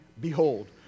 behold